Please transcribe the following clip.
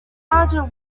larger